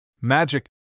Magic